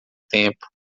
tempo